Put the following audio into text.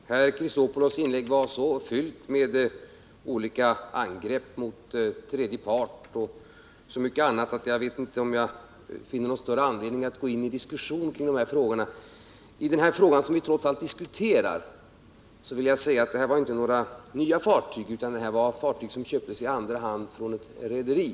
Herr talman! Herr Chrisopoulos inlägg var fyllt av olika angrepp mot tredje part och mycket annat, och jag vet inte om jag finner någon större anledning att gå in i diskussion om dessa frågor. När det gäller den nu aktuella frågan vill jag säga att det här inte handlar om några nya fartyg utan om fartyg som inköptes i andra hand från ett rederi.